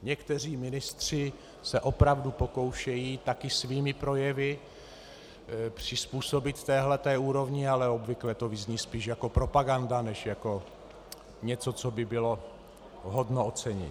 Někteří ministři se opravdu pokoušejí taky svými projevy přizpůsobit téhle úrovni, ale obvykle to vyzní spíš jako propaganda než jako něco, co by bylo hodno ocenění.